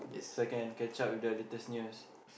so I can catch up with the latest news